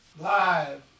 live